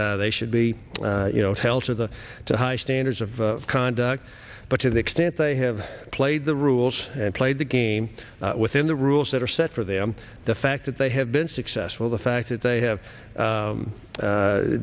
they should be you know help to the to high standards of conduct but to the extent they have played the rules and played the game within the rules that are set for them the fact that they have been successful the fact that they have